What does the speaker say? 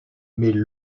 mais